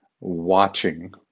watching